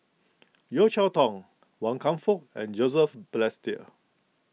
Yeo Cheow Tong Wan Kam Fook and Joseph Balestier